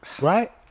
Right